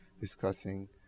discussing